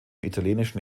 italienischen